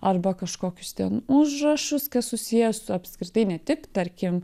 arba kažkokius ten užrašus kas susiję su apskritai ne tik tarkim